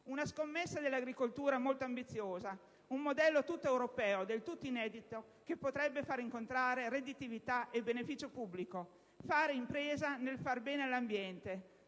Una scommessa dell'agricoltura molto ambiziosa, un modello tutto europeo del tutto inedito che potrebbe fare incontrare redditività e beneficio pubblico: fare impresa nel far bene all'ambiente;